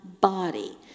body